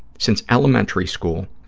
since elementary school,